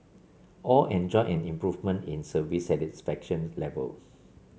all enjoyed an improvement in service satisfaction level